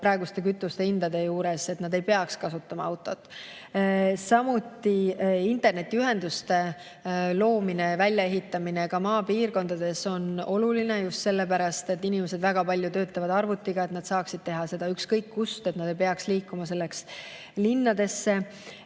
praeguste kütusehindade juures nad ei peaks kasutama autot. Samuti internetiühenduste loomine ja väljaehitamine ka maapiirkondades on oluline just sellepärast, kuna inimesed väga palju töötavad arvutiga, et nad saaksid teha seda ükskõik kust ega peaks selleks liikuma linnadesse.